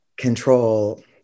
control